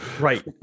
right